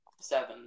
Seven